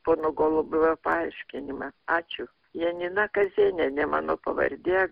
pono golubiovo paaiškinimą ačiū janina kazėnienė mano pavardė